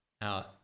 Now